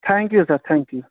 thank you sir thank you